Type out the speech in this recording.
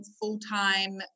full-time